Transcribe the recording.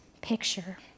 picture